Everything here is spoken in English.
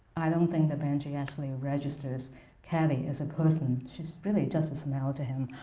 i don't think that benjy actually ah registers caddy as a person. she's really just a smell to him.